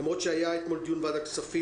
למרות שהיה אתמול דיון בוועדת הכספים,